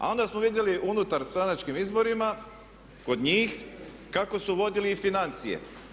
A onda smo vidjeli na unutar stranačkim izborima kod njih kako su vodili i financije.